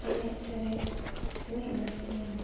ᱮᱱᱮᱡᱼᱥᱮᱨᱮᱧ ᱛᱤᱱᱟᱹᱜ ᱞᱟᱹᱠᱛᱤᱭᱟ